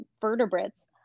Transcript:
vertebrates